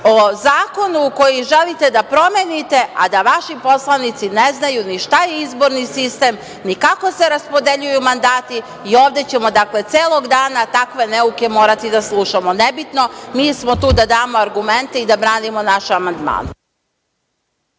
o zakonu koji želite da promenite, a da vaši poslanici ne znaju ni šta je izborni sistem, ni kako se raspodeljuju mandati. Ovde ćemo celog dana takve neuke morati da slušamo. Nebitno, mi smo tu da damo argumente i da branimo naše amandmane.